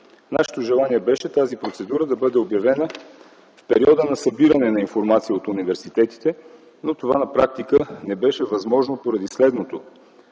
Нашето желание беше тази процедура да бъде обявена в периода на събиране на информация от университетите, но това на практика не беше възможно поради следното.